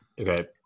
okay